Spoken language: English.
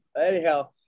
Anyhow